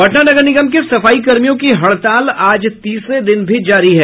पटना नगर निगम के सफाई कर्मियों की हड़ताल आज तीसरे दिन भी जारी है